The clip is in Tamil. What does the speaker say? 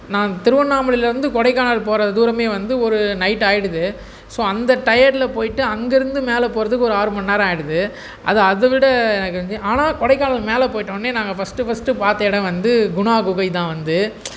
நான் திருவண்ணாமலையில் இருந்து கொடைக்கானல் போகற தூரமே வந்து ஒரு நைட்டு ஆயிடுது ஸோ அந்த டயர்ட்ல போயிவிட்டு அங்கேயிருந்து மேலே போகறதுக்கு ஒரு ஆறு மண் நேரம் ஆயிடுது அது அதை விட எனக்கு வந்து ஆனாலும் கொடைக்கானல் மேலே போயிவிட்டோன்னே நாங்கள் ஃபர்ஸ்ட்டு ஃபர்ஸ்ட்டு பார்த்த இடம் வந்து குணா குகை தான் வந்து